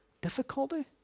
difficulty